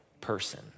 person